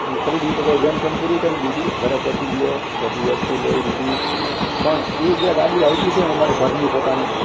એ ખરીદી પતાવી જેમ તેમ પૂરી કરી દીધી ઘરે પહોંચી ગયો બધી વસ્તુ લઈ દીધી પણ એ જે ગાડી હાંકી છે એમાં મારી ઘરની પોતાની